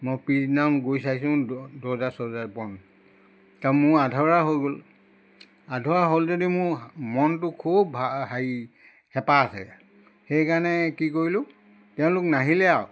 মই পিছদিনাখন গৈ চাইছোঁ দৰ্জা চৰ্জা বন্ধ তাৰ মোৰ আধৰুৱা হৈ গ'ল আধৰুৱা হ'ল যদিও মোৰ মনটো খুব হা হেৰি হেঁপাহ আছে সেইকাৰণে কি কৰিলোঁ তেওঁলোক নাহিলে আৰু